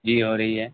جی ہو رہی ہے